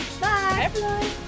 Bye